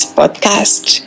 podcast